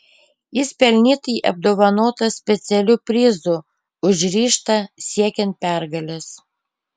jis pelnytai apdovanotas specialiu prizu už ryžtą siekiant pergalės